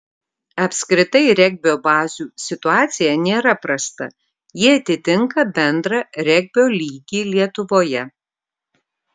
apskritai regbio bazių situacija nėra prasta ji atitinka bendrą regbio lygį lietuvoje